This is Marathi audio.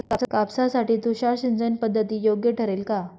कापसासाठी तुषार सिंचनपद्धती योग्य ठरेल का?